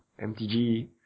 MTG